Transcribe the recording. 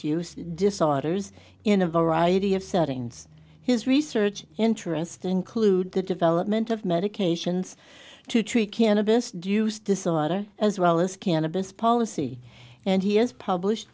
use disorders in a variety of settings his research interest include the development of medications to treat cannabis do use disorder as well as cannabis policy and he has published